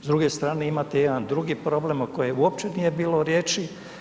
S druge strane imate jedan drugi problem o kojem uopće nije bilo riječi.